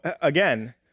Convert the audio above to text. again